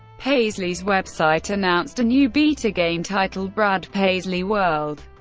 paisley's website announced a new beta game titled brad paisley world.